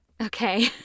okay